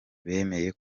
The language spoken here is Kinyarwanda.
bemeye